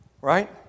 Right